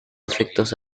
efectos